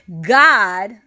God